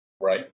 Right